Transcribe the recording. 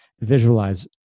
Visualize